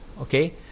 Okay